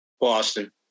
Boston